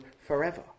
forever